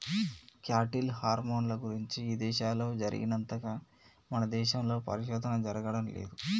cattle హార్మోన్ల గురించి ఇదేశాల్లో జరిగినంతగా మన దేశంలో పరిశోధన జరగడం లేదు